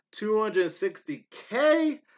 260k